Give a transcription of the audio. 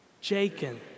Jacob